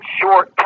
short